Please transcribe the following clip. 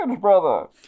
brother